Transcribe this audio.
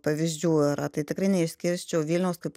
pavyzdžių yra tai tikrai neišskirčiau vilniaus kaip